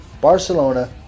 Barcelona